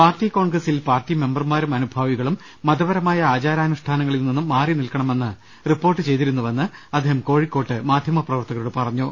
party കോൺഗ്രസിൽ party മെമ്പർമാരും അനുഭാവികളും മതപരമായ ആചാരാനുഷ്ഠാന്നങ്ങളിൽ നിന്നും മാറി നിൽക്കണ മെന്ന് റിപ്പോർട്ട് ചെയ്തിരുന്നുവെന്ന് അദ്ദേഹം കോഴിക്കോട്ട് മാധ്യമപ്രവർത്തക രോട് പറഞ്ഞു